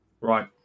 Right